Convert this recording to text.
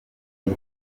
iyi